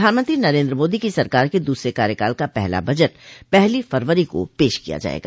प्रधानमंत्री नरेन्द्र मोदी की सरकार के दूसरे कार्यकाल का पहला बजट पहली फरवरी को पेश किया जाएगा